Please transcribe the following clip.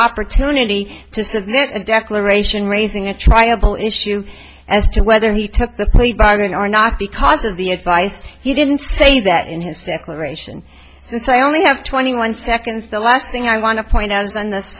opportunity to submit a declaration raising a tribal issue as to whether he took the played by going or not because of the advice he didn't say that in his declaration so i only have twenty one seconds the last thing i want to point out is when this